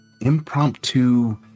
impromptu